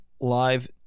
live